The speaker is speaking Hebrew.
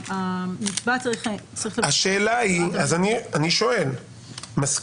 אני מסכים.